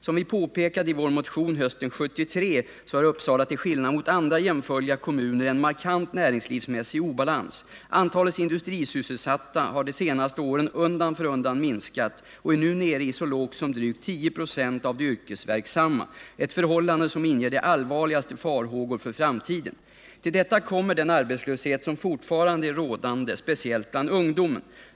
Som vi påpekade i vår motion hösten 1973 så har Uppsala till skillnad mot andra jämförliga kommuner en markant näringslivsmässig obalans. Antalet industrisysselsatta har de senaste åren undan för undan minskat och är nu nere i så lågt som drygt 10 96 av de yrkesverksamma, ett förhållande som inger de allvarligaste farhågor för framtiden. Till detta kommer den arbetslöshet som fortfarande är rådande — speciellt bland ungdomen.